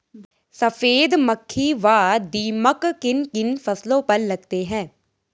सफेद मक्खी व दीमक किन किन फसलों पर लगते हैं?